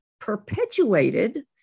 perpetuated